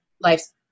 life's